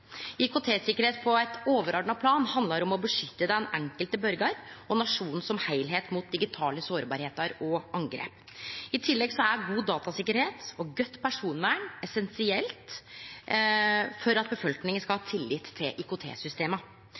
IKT-tryggleik på eit overordna plan handlar om å beskytte den enkelte borgar og nasjonen som heilskap mot digitale sårbarheiter og angrep. I tillegg er god datatryggleik og godt personvern essensielt for at befolkninga skal ha tillit til